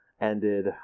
ended